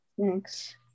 Thanks